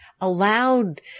allowed